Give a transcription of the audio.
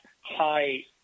high